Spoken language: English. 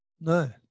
No